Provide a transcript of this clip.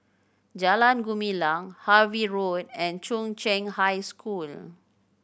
Jalan Gumilang Harvey Road and Chung Cheng High School